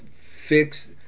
fix